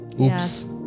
Oops